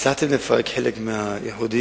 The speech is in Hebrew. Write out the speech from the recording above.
הצעתם לפרק חלק מהאיחודים,